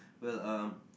well um